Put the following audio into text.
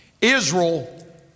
Israel